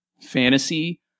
fantasy